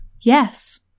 Yes